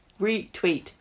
retweet